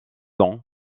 don